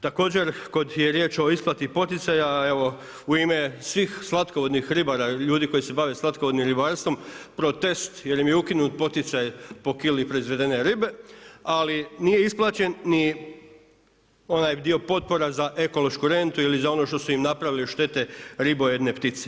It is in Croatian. Također kada je riječ o isplati poticaja, evo u ime svih slatkovodnih ribara, ljudi koji se bave slatkovodnim ribarstvom, protest jer im je ukinut poticaj po kili proizvedene ribe ali nije isplaćen ni onaj dio potpora za ekološku rentu ili za ono što su im napravili štete ribojedne ptice.